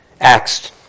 Acts